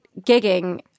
gigging